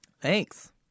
Thanks